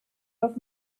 off